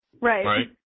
Right